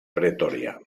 pretoria